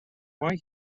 why